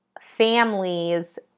families